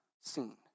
seen